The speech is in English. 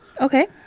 okay